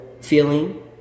feeling